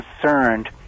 concerned